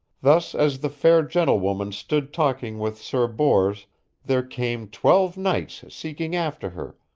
thus as the fair gentlewoman stood talking with sir bors there came twelve knights seeking after her,